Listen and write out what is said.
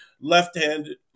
left-handed